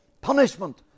Punishment